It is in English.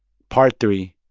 part three,